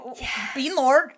Beanlord